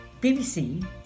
BBC